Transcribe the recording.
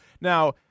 now